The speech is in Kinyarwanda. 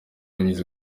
unyuze